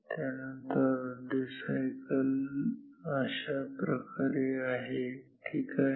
त्यानंतर अर्धी सायकल अशाप्रकारे ठीक आहे